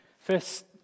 First